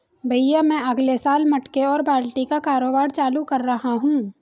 भैया मैं अगले साल मटके और बाल्टी का कारोबार चालू कर रहा हूं